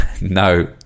No